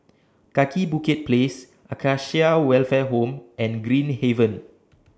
Kaki Bukit Place Acacia Welfare Home and Green Haven